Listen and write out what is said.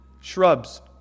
shrubs